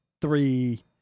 three